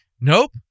Nope